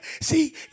See